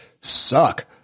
suck